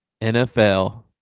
NFL